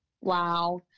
Wow